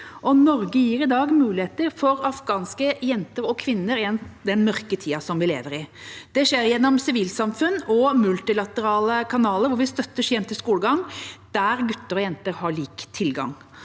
Norge gir i dag muligheter for afghanske jenter og kvinner i den mørke tida vi lever i. Det skjer gjennom sivilsamfunn og multilaterale kanaler, hvor vi støtter jenters skolegang der gutter og jenter har lik tilgang.